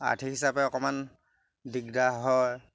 আৰ্থিক হিচাপে অকণমান দিগদাৰ হয়